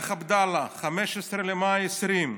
המלך עבדאללה, 15 במאי 2020,